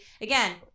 again